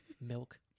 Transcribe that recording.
Milk